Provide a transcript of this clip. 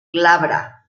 glabra